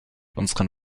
unseren